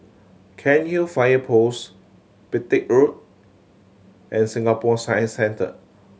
Cairnhill Fire Post Petir Road and Singapore Science Centre